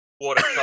water